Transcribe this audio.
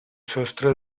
sostre